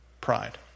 Pride